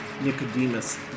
Nicodemus